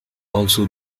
also